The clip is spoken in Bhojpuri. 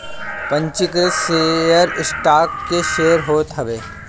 पंजीकृत शेयर स्टॉक के शेयर होत हवे